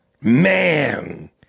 Man